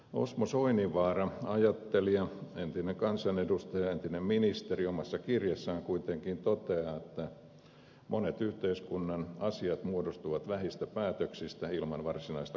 osmo soininvaara ajattelija entinen kansanedustaja entinen ministeri omassa kirjassaan kuitenkin toteaa että monet yhteiskunnan asiat muodostuvat vähistä päätöksistä ilman varsinaista kokonaissuunnitelmaa